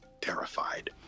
terrified